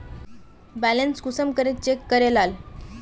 Balance कुंसम check करे लाल?